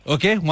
Okay